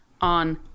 on